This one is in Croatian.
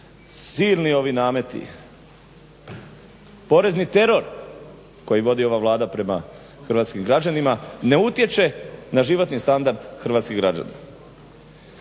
silni ovi nameti, porezni teror koji vodi ova Vlada prema hrvatskim građanima ne utječe na životni standard hrvatskih građana.